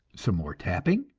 some more tapping,